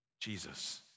Jesus